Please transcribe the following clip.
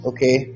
Okay